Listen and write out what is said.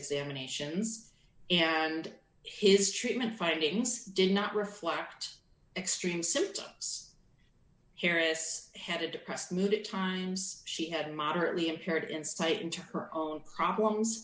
examinations and his treatment findings did not reflect extreme symptoms harris had a depressed mood at times she had moderately impaired insight into her own problems